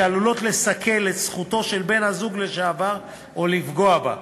שעלולות לסכל את זכותו של בן-הזוג לשעבר או לפגוע בה,